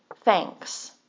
thanks